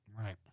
Right